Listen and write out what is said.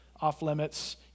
off-limits